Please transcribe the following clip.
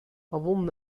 أظن